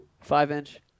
Five-inch